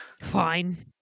Fine